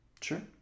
Sure